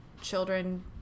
children